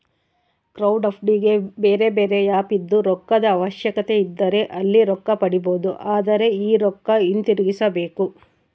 ಕ್ರೌಡ್ಫಂಡಿಗೆ ಬೇರೆಬೇರೆ ಆಪ್ ಇದ್ದು, ರೊಕ್ಕದ ಅವಶ್ಯಕತೆಯಿದ್ದರೆ ಅಲ್ಲಿ ರೊಕ್ಕ ಪಡಿಬೊದು, ಆದರೆ ಈ ರೊಕ್ಕ ಹಿಂತಿರುಗಿಸಬೇಕು